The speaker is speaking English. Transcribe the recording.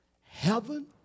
Heaven